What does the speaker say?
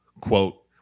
quote